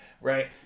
right